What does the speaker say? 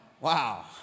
wow